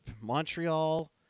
Montreal